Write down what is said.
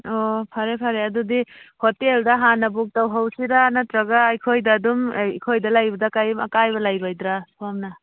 ꯑꯣ ꯐꯔꯦ ꯐꯔꯦ ꯑꯗꯨꯗꯤ ꯍꯣꯇꯦꯜꯗ ꯍꯥꯟꯅ ꯕꯨꯛ ꯇꯧꯍꯧꯁꯤꯔ ꯅꯠꯇ꯭ꯔꯒ ꯑꯩꯈꯣꯏꯗ ꯑꯗꯨꯝ ꯑꯩꯈꯣꯏꯗ ꯂꯩꯕꯗ ꯀꯔꯤꯝ ꯑꯀꯥꯏꯕ ꯂꯩꯔꯣꯏꯗ꯭ꯔ ꯁꯣꯝꯅ